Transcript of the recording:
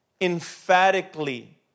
emphatically